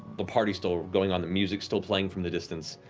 the party's still going on. the music's still playing from the distance.